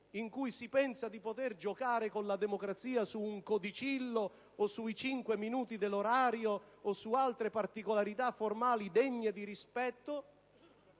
in cui si pensa di poter giocare con la democrazia su un codicillo o sui cinque minuti dell'orario, o su altre particolarità formali, degne di rispetto